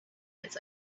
its